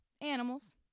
Animals